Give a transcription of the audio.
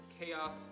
chaos